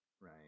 right